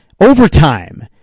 OVERTIME